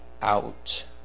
out